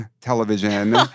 television